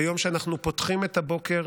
ביום שבו אנחנו פותחים את הבוקר